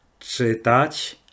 czytać